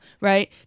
right